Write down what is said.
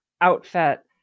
outfit